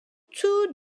two